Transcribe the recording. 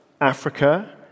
Africa